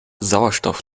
sauerstoff